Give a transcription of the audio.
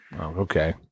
okay